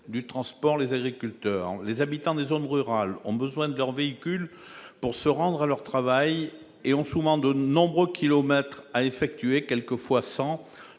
du transport et les agriculteurs. Les habitants des zones rurales ont besoin de leur véhicule pour se rendre à leur travail et ont souvent de nombreux kilomètres à faire, quelquefois une